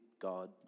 God